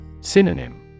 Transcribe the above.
Synonym